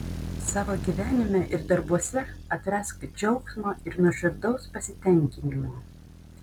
savo gyvenime ir darbuose atrask džiaugsmo ir nuoširdaus pasitenkinimo